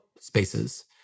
spaces